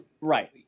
Right